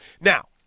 Now